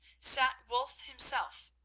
sat wulf himself,